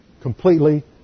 completely